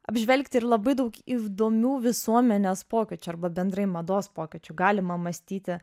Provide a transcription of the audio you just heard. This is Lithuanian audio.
apžvelgti ir labai daug įdomių visuomenės pokyčių arba bendrai mados pokyčių galima mąstyti